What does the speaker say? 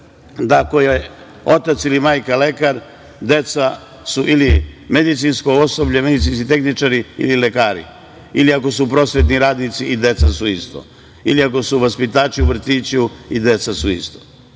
da ako je otac ili majka lekar, deca su ili medicinsko osoblje, medicinski tehničari ili lekari, ili ako su prosvetni radnici i deca su isto, ili ako su vaspitači u vrtiću i deca su isto.